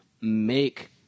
make